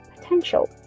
potential